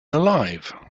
alive